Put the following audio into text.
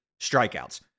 strikeouts